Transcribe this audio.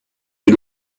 you